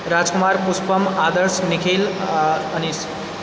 राजकुमार पुष्पम आदर्श निखिल आ अनीष